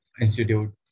institute